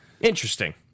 Interesting